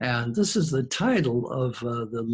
and this is the title of the